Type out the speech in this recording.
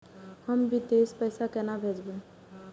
हम विदेश पैसा केना भेजबे?